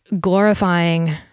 glorifying